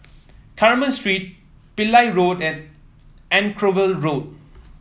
Carmen Street Pillai Road and Anchorvale Road